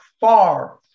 far